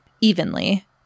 evenly